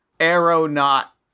aeronaut